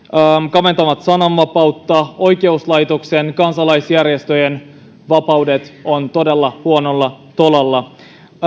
kaventavat sananvapautta oikeuslaitoksen kansalaisjärjestöjen vapaudet ovat todella huonolla tolalla